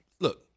look